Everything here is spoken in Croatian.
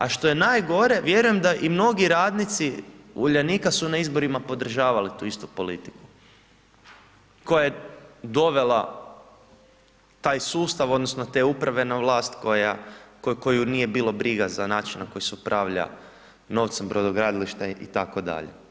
A što je najgore vjerujem da i mnogi radnici Uljanika su na izborima podržavali tu istu poliku koja je dovela taj sustav odnosno te uprave na vlast koju nije bilo briga za način na koji se upravlja novcem brodogradilišta itd.